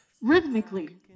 rhythmically